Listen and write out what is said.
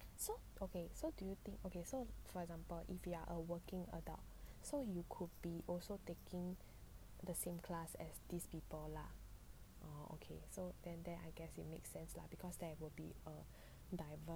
so okay so do you think okay so for example if you are a working adult so you could be also taking the same class as these people lah orh okay so then there I guess it make sense lor because there will be a diverse